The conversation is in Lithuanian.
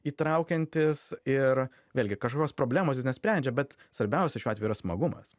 įtraukiantis ir vėlgi kažkokios problemos jis nesprendžia bet svarbiausia šiuo atveju yra smagumas